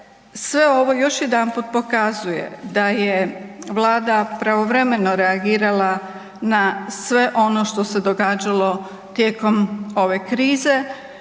sve ovo još jedanput pokazuje da je Vlada pravovremeno reagirala na sve ono što se događalo tijekom ove krize